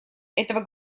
этого